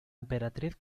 emperatriz